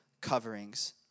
coverings